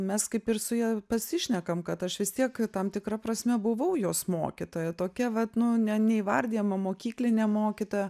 mes kaip ir su ja pasišnekam kad aš vis tiek tam tikra prasme buvau jos mokytoja tokia vat nu ne neįvardijama mokyklinė mokytoja